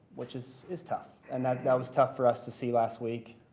which is is tough. and that that was tough for us to see last week.